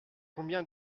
combien